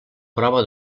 prova